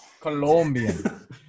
Colombian